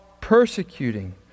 persecuting